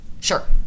Sure